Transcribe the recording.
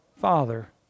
Father